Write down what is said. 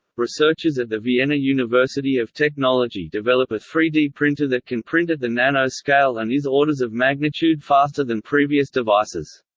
researchers at the vienna university of technology develop a three d printer that can print at the nano-scale and is orders of magnitude faster than previous devices.